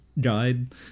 guide